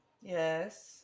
Yes